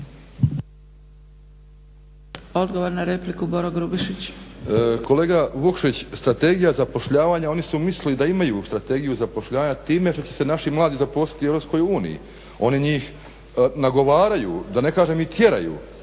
**Grubišić, Boro (HDSSB)** Kolega Vukšić, strategija zapošljavanja oni su mislili da imaju strategiju zapošljavanja time što će se naši mladi zaposliti u EU. Oni njih nagovaraju da ne kažem i tjeraju